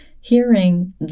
Hearing